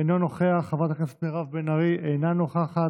אינו נוכח, חברת הכנסת מירב בן ארי, אינה נוכחת,